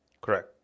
Correct